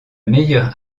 meilleure